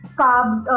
carbs